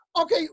okay